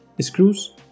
screws